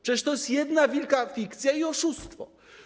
Przecież to jest jedna wielka fikcja i oszustwo.